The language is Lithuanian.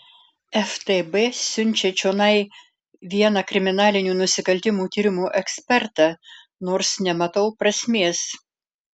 ftb siunčia čionai vieną kriminalinių nusikaltimų tyrimų ekspertą nors nematau prasmės